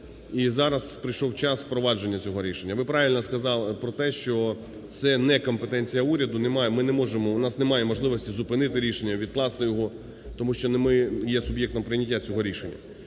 і зараз прийшов час впровадження цього рішення. Ви правильно сказали про те, що це не компетенція уряду, немає, ми не можемо, у нас немає можливості зупинити рішення, відкласти його, тому що не ми є суб'єктом прийняття цього рішення.